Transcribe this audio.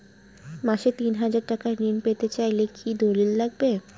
মাসে তিন হাজার টাকা ঋণ পেতে চাইলে কি দলিল লাগবে?